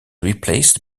replaced